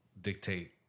dictate